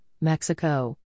Mexico